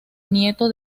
nieto